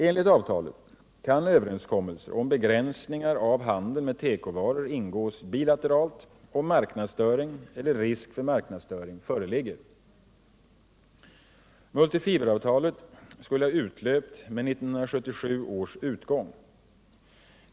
Enligt avtalet kan överenskommelser om begränsningar av handeln med tekovaror ingås bilateralt, om marknadsstörning eller risk för marknadsstörning föreligger. Multifiberavtalet skulle ha utlöpt med 1977 års utgång.